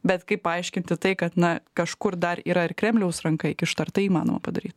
bet kaip paaiškinti tai kad na kažkur dar yra kremliaus ranka įkišta ar tai įmanoma padaryt